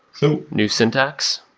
so new syntax?